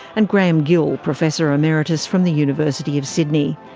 and graeme gill, professor emeritus from the university of sydney.